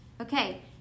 Okay